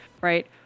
right